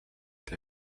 der